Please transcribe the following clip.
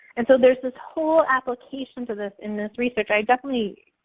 and so there's this whole application to this in this research. i definitely,